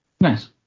Nice